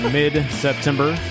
mid-September